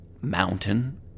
Mountain